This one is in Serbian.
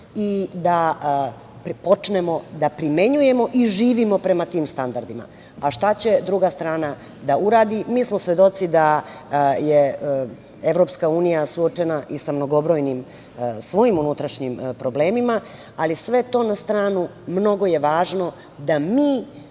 i da počnemo da primenjujemo i živimo prema tim standardima, a šta će druga strana da uradi…Mi smo svedoci da je EU suočena i sa mnogobrojnim svojim unutrašnjim problemima, ali sve to na stranu, mnogo je važno da mi